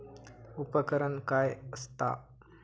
उपकरण काय असता?